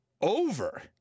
over